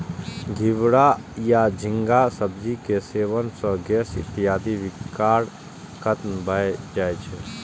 घिवरा या झींगाक सब्जी के सेवन सं गैस इत्यादिक विकार खत्म भए जाए छै